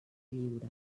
lliure